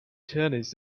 tennis